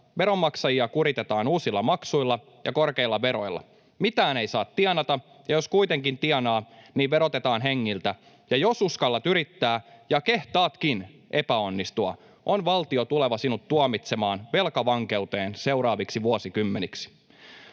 veronmaksajia kuritetaan uusilla maksuilla ja korkeilla veroilla. Mitään ei saa tienata, ja jos kuitenkin tienaa, verotetaan hengiltä, ja jos uskallat yrittää ja kehtaatkin epäonnistua, on valtio tuleva sinut tuomitsemaan velkavankeuteen seuraaviksi vuosikymmeniksi.